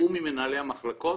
בתיאום עם מנהלי המחלקות,